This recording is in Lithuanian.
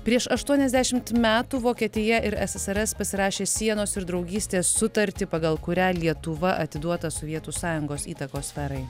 prieš aštuoniasdešimt metų vokietija ir ssrs pasirašė sienos ir draugystės sutartį pagal kurią lietuva atiduota sovietų sąjungos įtakos sferai